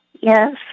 Yes